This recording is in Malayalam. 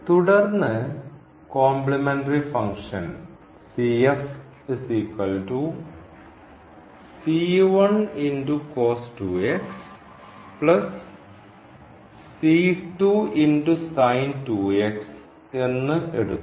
തുടർന്ന് കോംപ്ലിമെൻററി ഫംഗ്ഷൻ എന്ന് എടുക്കുന്നു